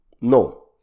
No